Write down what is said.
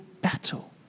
battle